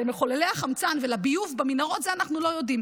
למחוללי החמצן ולביוב במנהרות אנחנו לא יודעים.